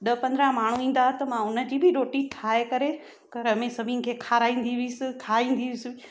ॾह पंद्रहं माण्हूं ईंदा हुआ त हुन जी बि रोटी ठाहे करे घर में सभिनि खे खाराईंदी हुअसि खांईंदी हुअसि